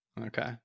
Okay